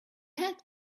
had